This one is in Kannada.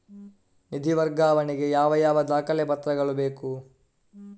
ನಿಧಿ ವರ್ಗಾವಣೆ ಗೆ ಯಾವ ಯಾವ ದಾಖಲೆ ಪತ್ರಗಳು ಬೇಕು?